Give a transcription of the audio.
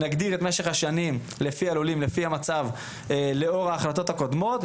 נגדיר את משך השנים לפי המצב ולאור ההחלטות הקודמות.